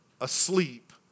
asleep